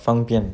方便